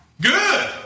Good